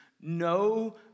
no